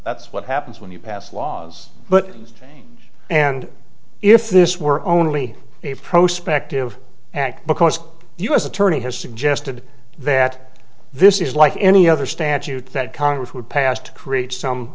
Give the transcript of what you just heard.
that's what happens when you pass laws but things change and if this were only a prospect of and because the u s attorney has suggested that this is like any other statute that congress would pass to create some